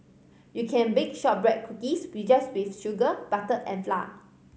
you can bake shortbread cookies just with sugar butter and flour